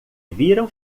viram